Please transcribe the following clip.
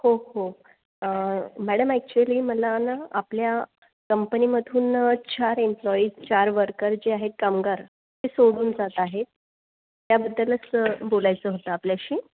हो हो madam actually मला ना आपल्या कंपनीमधून चार एम्प्लॉई चार वर्कर जे आहेत कामगार ते सोडून जात आहेत त्याबद्दलच बोलायचं होतं आपल्याशी